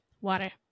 Water